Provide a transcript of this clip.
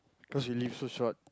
cause you live so short